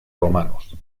romanos